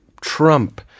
Trump